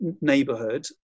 neighborhood